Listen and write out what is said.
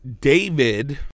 David